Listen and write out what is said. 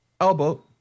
elbow